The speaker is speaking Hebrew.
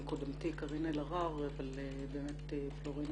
קודמתי קארין אלהרר אבל באמת פלורינה,